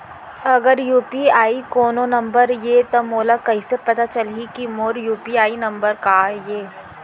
अगर यू.पी.आई कोनो नंबर ये त मोला कइसे पता चलही कि मोर यू.पी.आई नंबर का ये?